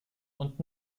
und